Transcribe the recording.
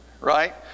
right